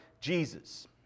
Jesus